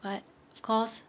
but of course